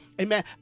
amen